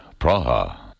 Praha